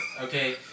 okay